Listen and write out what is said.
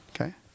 Okay